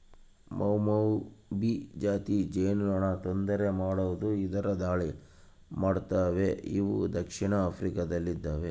ಮೌಮೌಭಿ ಜಾತಿ ಜೇನುನೊಣ ತೊಂದರೆ ಕೊಡದೆ ಇದ್ದರು ದಾಳಿ ಮಾಡ್ತವೆ ಇವು ದಕ್ಷಿಣ ಆಫ್ರಿಕಾ ದಲ್ಲಿವೆ